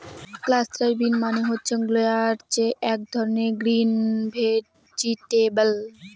cluster bean মানে হচ্ছে গুয়ার যে এক ধরনের গ্রিন ভেজিটেবল